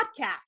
podcast